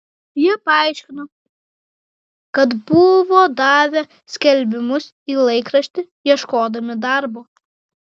jie paaiškino kad buvo davę skelbimus į laikraštį ieškodami darbo